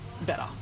better